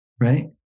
right